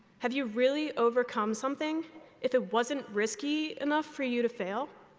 have you really overcome something if it wasn't risky enough for you to fail?